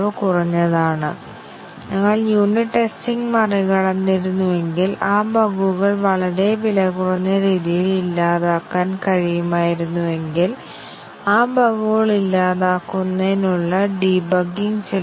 അതിനാൽ X എന്നത് S ന്റ്റെ DEF സെറ്റിലാണ് X എന്നത് S1 ന്റെ USES സെറ്റിലാണ് കൂടാതെ S നു ഇന്റർവീനിങ് ഡെഫിനീഷൻ ഇല്ല ക്ഷമിക്കണം S നും S1 നും ഇടയിൽ